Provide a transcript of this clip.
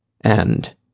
And